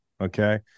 Okay